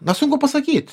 na sunku pasakyt